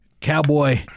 cowboy